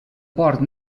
port